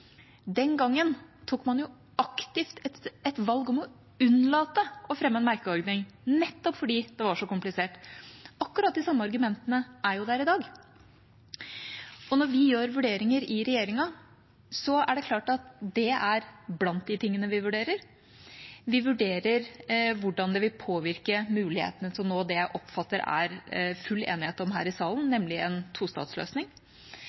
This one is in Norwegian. Den gangen tok man aktivt et valg om å unnlate å fremme en merkeordning, nettopp fordi det var så komplisert. Akkurat de samme argumentene er jo der i dag. Når vi gjør vurderinger i regjeringa, er det klart at det er blant de tingene vi vurderer. Vi vurderer hvordan det vil påvirke mulighetene til å nå det jeg oppfatter det er full enighet om her i salen,